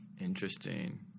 Interesting